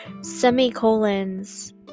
Semicolons